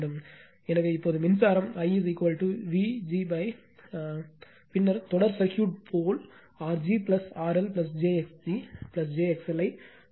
எனவே இப்போது மின்சாரம் I Vg பின்னர் தொடர் சர்க்யூட் போல் R g RL j x g j XL ஐச் சேர்க்கவும்